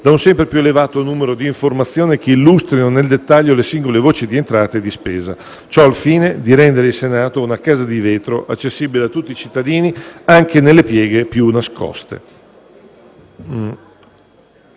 da un sempre più elevato numero di informazioni, che illustrino nel dettaglio le singole voci di entrata e di spesa. Ciò, al fine di rendere il Senato una casa di vetro, accessibile a tutti i cittadini, anche nelle pieghe più nascoste.